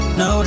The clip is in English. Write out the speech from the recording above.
no